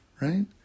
right